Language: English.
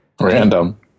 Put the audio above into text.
Random